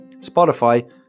Spotify